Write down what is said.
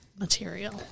material